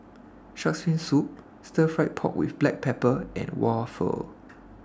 Shark's Fin Soup Stir Fried Pork with Black Pepper and Waffle